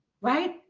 right